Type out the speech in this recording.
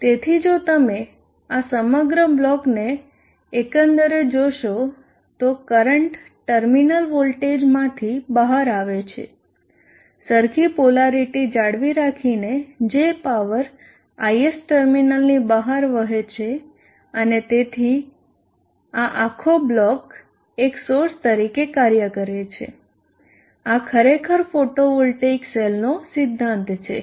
તેથી જો તમે આ સમગ્ર બ્લોકને એકંદરે જોશો તો કરંટ ટર્મિનલ વોલ્ટેજમાંથી બહાર આવે છે સરખી પોલારીટી જાળવી રાખી જે પાવર is ટર્મિનલની બહાર વહે છે અને તેથી આ આખો બ્લોક એક સોર્સ તરીકે કાર્ય કરે છે આ ખરેખર ફોટોવોલ્ટેઇક સેલનો સિદ્ધાંત છે